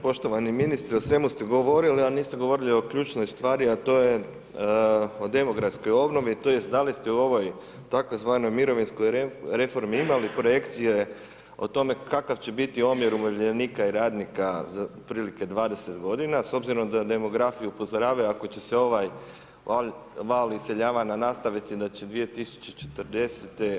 Poštovani ministre, o svemu ste govorili a niste govorili o ključnoj stvari a to je o demografskoj obnovi, t. da li ste u ovoj tzv. mirovinskoj reformi imali projekcije o tome kakav će biti omjer umirovljenika i radnika otprilike za 20g. s obzirom da demografiju upozoravaju ako će ovaj val iseljavanja nastaviti da će 2040.